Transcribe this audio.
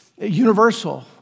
universal